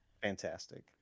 Fantastic